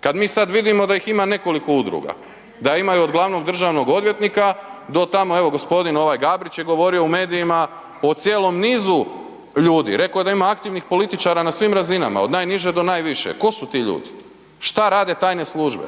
kad mi sad vidimo da ih ima nekoliko udruga. Da imaju od glavnog državnog odvjetnika do tamo evo, g. ovaj, Gabrić je govorio u medijima o cijelom nizu ljudi. Rekao je da ima aktivnih političara na svim razinama, od najniže do najviše. Tko su ti ljudi? Što rade tajne službe?